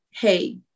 Hey